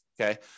okay